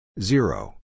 Zero